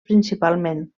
principalment